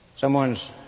Someone's